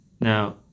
Now